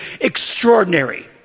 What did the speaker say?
extraordinary